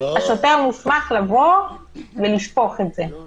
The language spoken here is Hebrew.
השוטר מוסמך לבוא ולשפוך את זה.